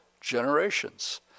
generations